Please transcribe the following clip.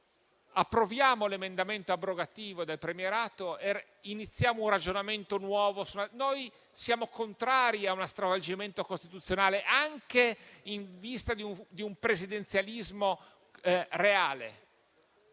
Approviamo l'emendamento abrogativo del premierato ed iniziamo un ragionamento nuovo. Noi siamo contrari a uno stravolgimento costituzionale, anche in vista di un presidenzialismo reale,